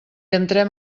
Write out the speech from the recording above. entrem